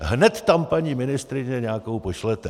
Hned tam, paní ministryně, nějakou pošlete!